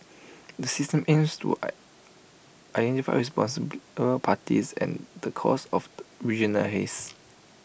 the system aims to I identify parties and the causes of regional haze